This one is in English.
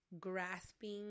grasping